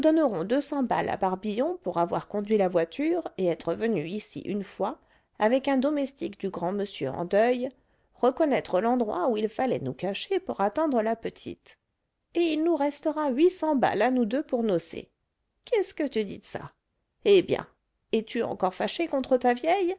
deux cents balles à barbillon pour avoir conduit la voiture et être venu ici une fois avec un domestique du grand monsieur en deuil reconnaître l'endroit où il fallait nous cacher pour attendre la petite et il nous restera huit cents balles à nous deux pour nocer qu'est-ce que tu dis de ça eh bien es-tu encore fâché contre ta vieille